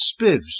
spivs